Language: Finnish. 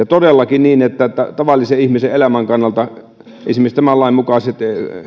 todellakin tavallisen ihmisen elämän kannalta esimerkiksi se että tämän lain mukaiset